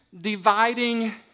dividing